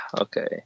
okay